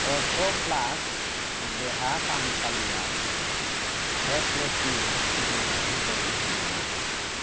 अर्थ'प्लास देहा फाहामसालियाव केसलेसनि सुबिदा दं नामा